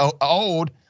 old